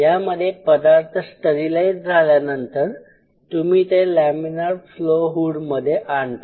यामध्ये पदार्थ स्टरीलाईज झाल्यानंतर तुम्ही ते लॅमिनार फ्लो हुडमध्ये आणता